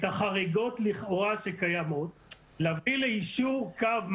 החריגות לכאורה שקיימות ולהביא ליישור קו,